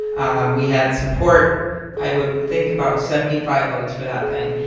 um we had support i would think about seventy five votes for that thing.